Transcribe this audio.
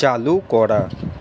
চালু করা